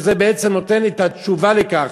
שזה בעצם נותן את התשובה לכך,